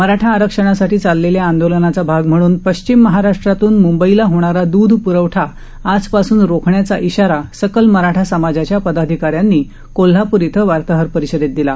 मराठा आरक्षणासाठी चाललेल्या आंदोलनाचा भाग म्हणून आजपासून पश्चिम महाराष्ट्रातून म्ंबईला होणारा दुध प्रवठा आजपासून रोखण्याचा इशारा सकल मराठा समाजच्या पदाधिका यांनी कोल्हापूर इथं वार्ताहर परिषदेत दिला